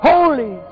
Holy